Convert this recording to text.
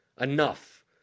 enough